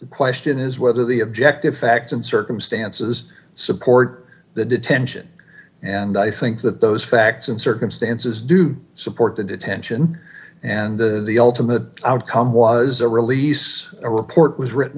the question is whether the objective facts and circumstances support the detention and i think that those facts and circumstances do support the detention and the ultimate outcome was a release a report was written